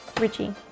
Richie